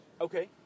Okay